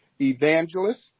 evangelist